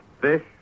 fish